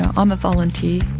i'm um a volunteer.